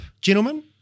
gentlemen